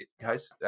guys